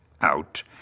out